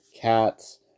cats